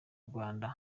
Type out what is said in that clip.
rwanda